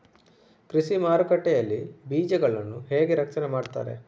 ಕೃಷಿ ಮಾರುಕಟ್ಟೆ ಯಲ್ಲಿ ಬೀಜಗಳನ್ನು ಹೇಗೆ ರಕ್ಷಣೆ ಮಾಡ್ತಾರೆ?